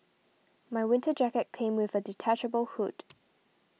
my winter jacket came with a detachable hood